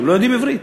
הם לא יודעים עברית.